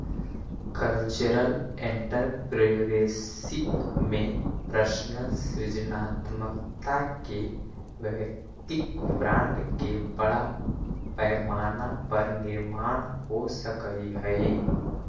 cultural entrepreneurship में personal सृजनात्मकता के वैयक्तिक ब्रांड के बड़ा पैमाना पर निर्माण हो सकऽ हई